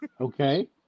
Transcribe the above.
Okay